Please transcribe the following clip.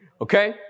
okay